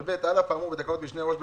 ב-(ב): "על אף האמור בתקנת משנה (א),